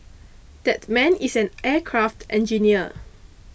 that man is an aircraft engineer